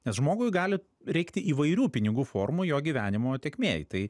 nes žmogui gali reikti įvairių pinigų formų jo gyvenimo tėkmėj tai